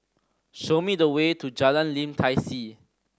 show me the way to Jalan Lim Tai See